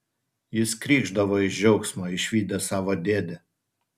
jis krykšdavo iš džiaugsmo išvydęs savo dėdę